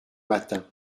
matin